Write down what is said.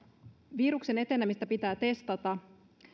viruksen etenemistä pitää testata